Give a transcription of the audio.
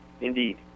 indeed